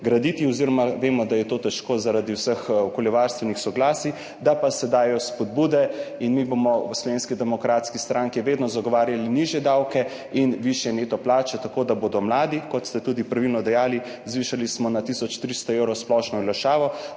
graditi. Vemo, da je to težko zaradi vseh okoljevarstvenih soglasij, da pa se dajejo spodbude in mi bomo v Slovenski demokratski stranki vedno zagovarjali nižje davke in višje neto plače, tako da bodo mladi, kot ste tudi pravilno dejali, splošno olajšavo